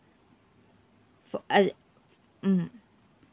for uh mm